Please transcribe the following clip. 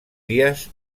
dies